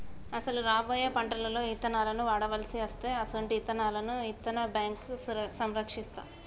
అసలు రాబోయే పంటలలో ఇత్తనాలను వాడవలసి అస్తే అసొంటి ఇత్తనాలను ఇత్తన్న బేంకు సంరక్షిస్తాది